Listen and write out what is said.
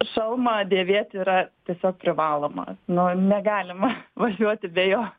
šalmą dėvėt yra tiesiog privaloma nu negalima važiuoti be jo